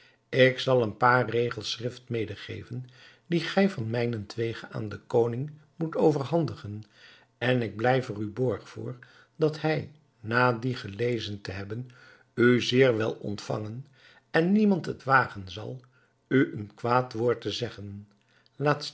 ik zal een paar regels schrift medegeven die gij van mijnentwege aan den koning moet overhandigen en ik blijf er u borg voor dat hij na die gelezen te hebben u zeer wel ontvangen en niemand het wagen zal u een kwaad woord te zeggen laat